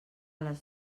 les